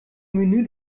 menü